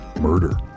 Murder